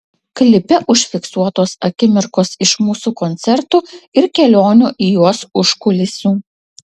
klipe užfiksuotos akimirkos iš mūsų koncertų ir kelionių į juos užkulisių